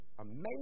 amazing